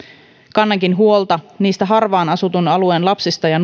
kannankin huolta niistä harvaan asutun alueen lapsista ja